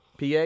PA